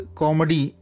comedy